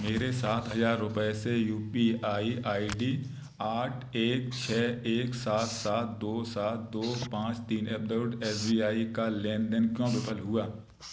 मेरे सात हज़ार रुपये से U P I I D आठ एक छः एक सात सात दो सात दो पाँच दो तीन at the rate S B I का लेन देन क्यों विफल हुआ